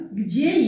gdzie